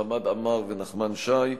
חמד עמאר ונחמן שי.